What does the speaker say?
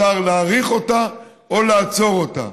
אפשר להאריך אותה או לעצור אותה.